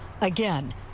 again